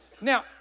Now